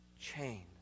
chain